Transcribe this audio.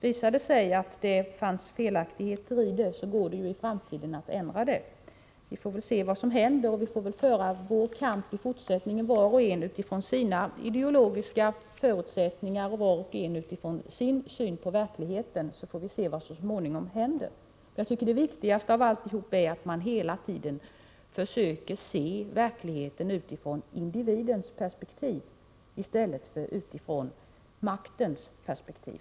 Visar det sig att det är felaktigt går det att ändra det. Vi får se vad som händer och föra en hård kamp i fortsättningen, var och en från sina ideologiska utgångspunkter och sin syn på verkligheten. Det viktigaste är att man hela tiden försöker se verkligheten utifrån individens perspektiv i stället för utifrån maktens perspektiv.